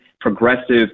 progressive